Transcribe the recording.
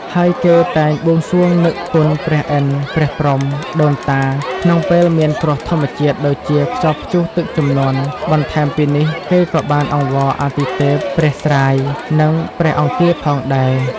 ហើយគេតែងបួងសួងនឹកគុណព្រះឥន្ទ ព្រះព្រហ្ម ដូនតា ក្នុងពេលមានគ្រោះធម្មជាតិដូចជាខ្យល់ព្យុះ ទឹកជំនន់ បន្ថែមពីនេះគេក៏បានអង្វរអាទិទេព ព្រះស្រាយ និងព្រះអង្គារផងដែរ។